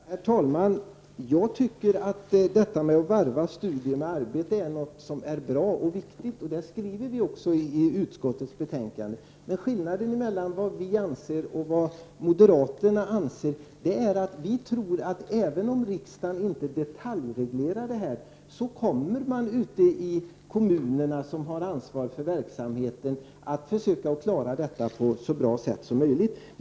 Herr talman! Jag tycker att systemet med varvning av studier och arbete är bra och viktigt. Det skriver vi också i utskottets betänkande. Skillnaden mellan vad vi anser och vad moderaterna anser är att vi tror att även om riksdagen inte detaljreglerar detta så kommer man ute i kommunerna, där man har ansvar för verksamheten, att försöka klara den på ett så bra sätt som möjligt.